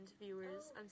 viewers